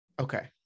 okay